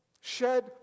Shed